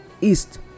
east